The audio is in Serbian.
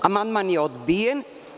Amandman je odbijen.